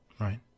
Right